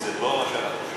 כי זה לא מה שאנחנו שומעים.